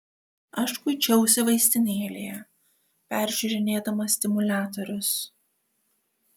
aš kuičiausi vaistinėlėje peržiūrinėdamas stimuliatorius